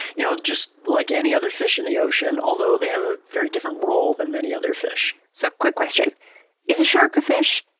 you know, just like any other fish in the ocean, although they have a very different role than many other fish. so is a shark a fish?